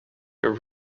your